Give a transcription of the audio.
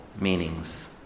meanings